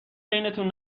بینتون